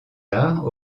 arts